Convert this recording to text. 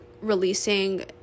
releasing